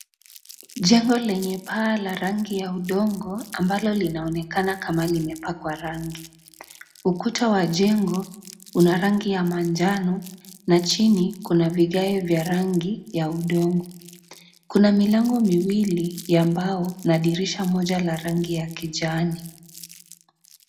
Jengo lenye paa ya rangi ya udongo ambalo linaonekana kama limepakwa rangi. Ukuta wa jengo una rangi ya manjano na chini kuna vigae vya rangi ya udongo. Kuna milango miwili ya mbao na dirisha moja la rangi ya kijani.